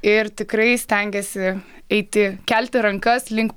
ir tikrai stengiasi eiti kelti rankas link